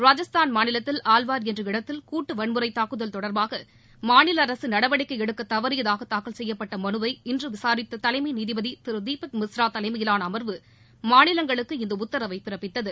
ராஜஸ்தான் மாநிலத்தில் அல்வார் என்ற இடத்தில் கூட்டு வன்முறை தாக்குதல் தொடர்பாக மாநில அரசு நடவடிக்கை எடுக்க தவறியதாக தாக்கல் செய்யப்பட்ட மனுவை இன்று விசாரித்த தலைமை நீதிபதி திரு தீபக் மிஸ்ரா தலைமையிலான அமர்வு மாநிலங்களுக்கு இந்த உத்தரவை பிறப்பித்தது